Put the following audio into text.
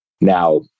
Now